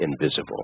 invisible